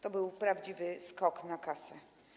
To był prawdziwy skok na kasę.